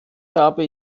habe